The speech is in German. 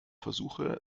versuche